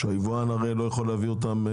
שהיבואן לא יכול להביא אותם?